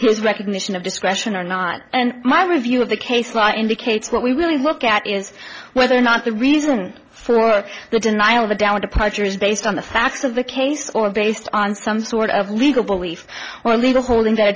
his recognition of discretion or not and my review of the case law indicates what we really look at is whether or not the reason for the denial of a down departure is based on the facts of the case or based on some sort of legal belief or legal holding th